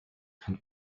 can